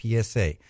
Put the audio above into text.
PSA